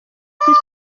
isuku